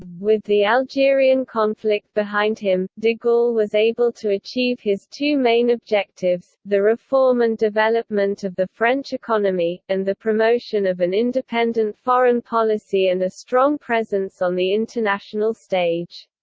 with the algerian conflict behind him, de gaulle was able to achieve his two main objectives, the reform and development of the french economy, and the promotion of an independent foreign policy and a strong presence on the international stage.